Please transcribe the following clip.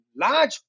large